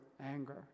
anger